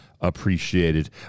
appreciated